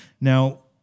Now